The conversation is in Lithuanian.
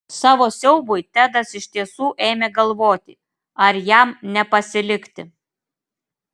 savo siaubui tedas iš tiesų ėmė galvoti ar jam nepasilikti